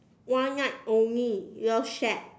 one night only love shack